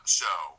show